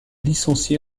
licenciée